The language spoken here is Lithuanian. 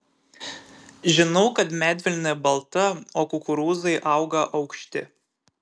žinau kad medvilnė balta o kukurūzai auga aukšti